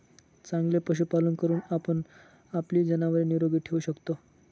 चांगले पशुपालन करून आपण आपली जनावरे निरोगी ठेवू शकतो